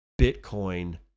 Bitcoin